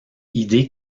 idée